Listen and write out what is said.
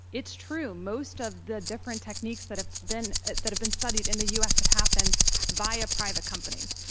it's true most of the different techniques that have been that have been studied in the u. s. have happened via private companies.